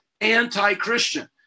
anti-Christian